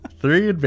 Three